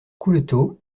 couleto